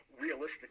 realistic